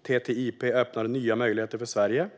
Där skriver statsrådet Damberg att TTIP öppnar nya möjligheter för Sverige.